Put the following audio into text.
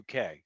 UK